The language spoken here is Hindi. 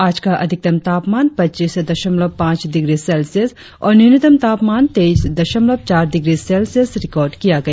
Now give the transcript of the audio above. आज का अधिकतम तापमान पच्चीस दशमलव पांच डिग्री सेल्सियस और न्यूनतम तापमान तेईस दशमलव चार डिग्री सेल्सियस रिकार्ड किया गया